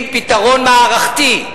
עם פתרון מערכתי.